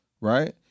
Right